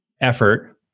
effort